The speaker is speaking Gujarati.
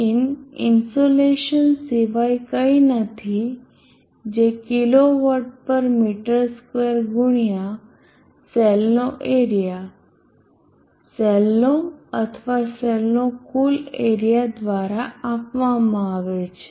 Pin ઇનસોલેશન સિવાય કંઈ નથી જે કિલો વોટ પર મીટર સ્ક્વેર ગુણ્યા સેલનો એરીયા સેલનો અથવા સેલ્સનો કુલ એરીયા દ્વારા આપવામાં આવે છે